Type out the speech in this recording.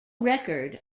record